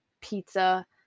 pizza